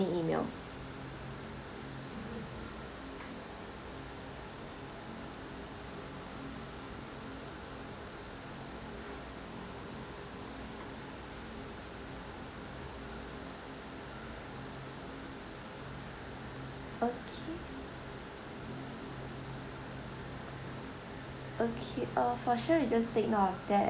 email okay okay uh for sure we just take note of that